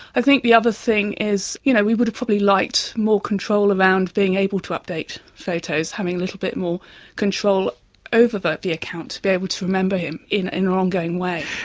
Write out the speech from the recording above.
i think the other thing is you know we would have probably liked more control around being able to update photos, having a little bit more control over the account, to be able to remember him in an ongoing way.